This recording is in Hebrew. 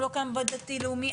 הוא לא קיים בדתי לאומי.